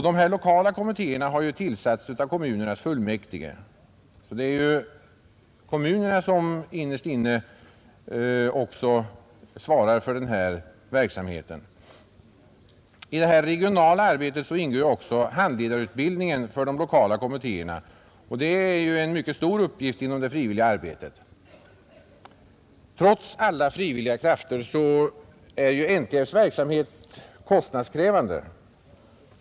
De lokala kommittéerna har tillsatts av kommunernas fullmäktige; det är kommunerna som ytterst svarar för denna verksamhet. I det regionala arbetet ingår också handledarutbildning för de lokala kommittéerna. Det är en mycket stor uppgift inom det frivilliga arbetet. Trots alla frivilliga krafter är NTF:s verksamhet kostnadskrävande.